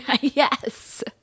Yes